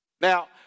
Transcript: Now